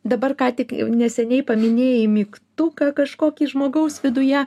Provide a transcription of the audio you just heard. dabar ką tik neseniai paminėjai mygtuką kažkokį žmogaus viduje